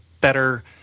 better